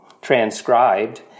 transcribed